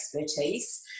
expertise